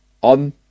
on